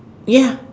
ya